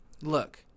look